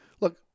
Look